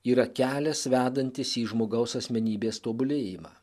yra kelias vedantis į žmogaus asmenybės tobulėjimą